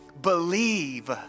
believe